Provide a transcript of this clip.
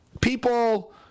people